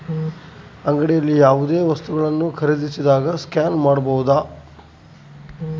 ಅಂಗಡಿಯಲ್ಲಿ ಯಾವುದೇ ವಸ್ತುಗಳನ್ನು ಖರೇದಿಸಿದಾಗ ಸ್ಕ್ಯಾನ್ ಮಾಡಬಹುದಾ?